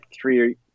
three